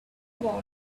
about